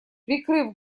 прикрыв